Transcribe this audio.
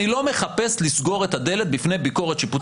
אני לא מחפש לסגור את הדלת בפני ביקורת שיפוטית.